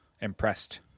impressed